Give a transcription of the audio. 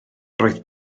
roedd